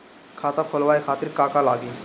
खाता खोलवाए खातिर का का लागी?